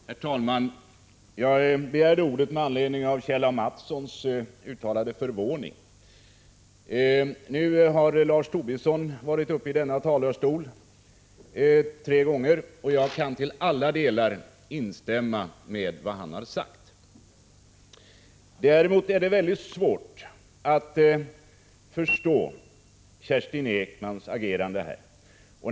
Herr talman! Jag begärde ordet med anledning av Kjell A. Mattssons uttalade förvåning. Nu har Lars Tobisson varit uppe i denna talarstol tre gånger, och jag kan till alla delar instämma i vad han har sagt. Däremot är det väldigt svårt att förstå Kerstin Ekmans agerande.